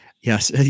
yes